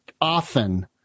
often